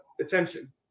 attention